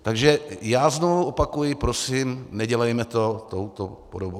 Takže já znovu opakuji prosím, nedělejme to touto podobou.